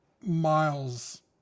miles